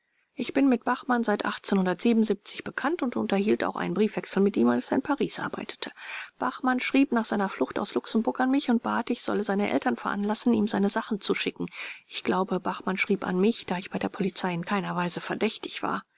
ich bin mit bachmann seit bekannt und unterhielt auch einen briefwechsel mit ihm als er in paris arbeitete bachmann schrieb nach seiner flucht aus luxemburg an mich und bat ich solle seine eltern veranlassen ihm seine sachen zu schicken ich glaube bachmann schrieb an mich da ich bei der polizei in keiner weise verdächtig war